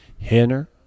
hanner